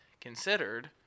considered